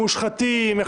מושחתים,